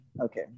Okay